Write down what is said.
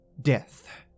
death